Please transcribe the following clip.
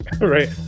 right